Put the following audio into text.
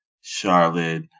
Charlotte